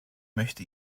möchte